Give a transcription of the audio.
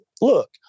look